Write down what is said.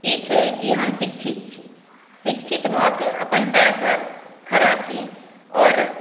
ई छै कि हम शिक्षित छी शिक्षित भए कऽ अपन पैर पर खड़ा छी आओर